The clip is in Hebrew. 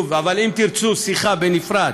אבל אם תרצו שיחה בנפרד,